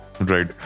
Right